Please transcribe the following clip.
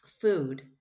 food